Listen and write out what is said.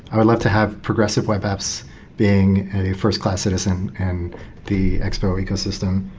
i would love to have progressive web apps being a first-class citizen and the expo ecosystem.